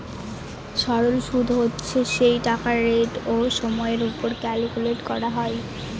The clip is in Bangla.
সরল সুদ হচ্ছে সেই টাকার রেট ও সময়ের ওপর ক্যালকুলেট করা হয়